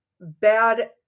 bad